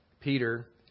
Peter